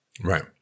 Right